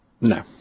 No